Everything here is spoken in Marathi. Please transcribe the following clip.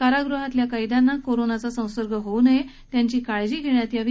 कारागृहातील कैद्यांना कोरोना विषाणूचा संसर्ग होऊ नये त्यांची काळजी घेण्यात यावी